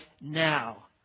now